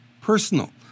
personal